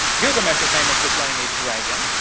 gilgamesh is famous for slaying a dragon.